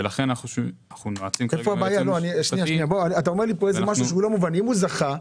אם הוא זכה,